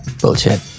Bullshit